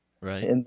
Right